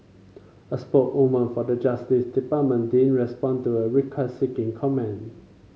a spokeswoman for the Justice Department didn't respond to a request seeking comment